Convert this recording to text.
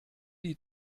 die